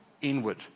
inward